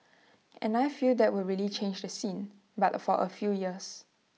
and I feel that will really change the scene but for A few years